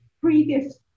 previous